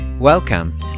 Welcome